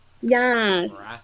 Yes